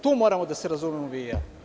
Tu moramo da se razumemo vi i ja.